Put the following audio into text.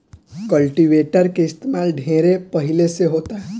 cultivator के इस्तमाल ढेरे पहिले से होता